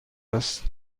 است